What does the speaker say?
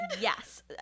Yes